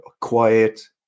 quiet